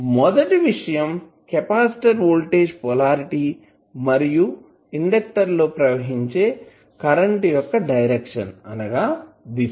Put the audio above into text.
మొదటి విషయం capacitor voltage polarity మరియు ఇండక్టర్ లో ప్రవహించే కరెంట్ యొక్క డైరెక్షన్ అనగా దిశ